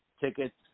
tickets